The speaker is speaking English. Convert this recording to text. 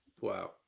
Wow